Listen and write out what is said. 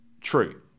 true